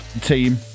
team